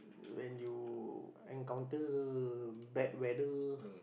when you encounter bad weather